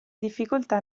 difficoltà